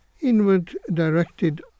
Inward-directed